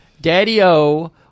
Daddy-o